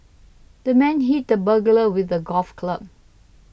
the man hit the burglar with a golf club